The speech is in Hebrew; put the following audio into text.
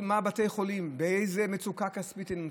בתי חולים, באיזו מצוקה כספית הם נמצאים,